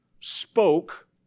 spoke